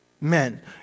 men